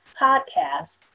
podcast